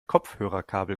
kopfhörerkabel